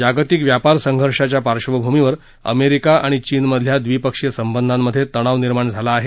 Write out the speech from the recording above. जागतिक व्यापार संघर्षाच्या पार्श्वभूमीवर अमेरिका आणि चीन मधल्या द्विपक्षीय संबंधामध्ये तणाव निर्माण झाला आहे